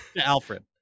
alfred